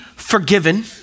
Forgiven